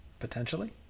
potentially